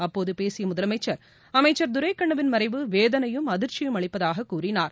அப்போது பேசிய முதலனமச்சர் அமைச்சர் துரைகண்னுவின் மறைவு வேதனையும் அதிர்ச்சியும் அளிப்பதாக கூறினார்